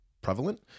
prevalent